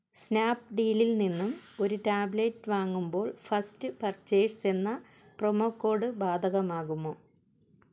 സ്നാപ്ഡീലിൽനിന്നും ഒരു ടാബ്ലെറ്റ് വാങ്ങുമ്പോൾ first purchase എന്ന പ്രമോ കോഡ് ബാധകമാകുമോ